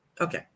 Okay